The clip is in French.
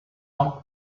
ans